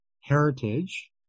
heritage